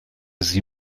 sie